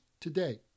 today